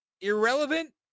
irrelevant